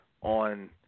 on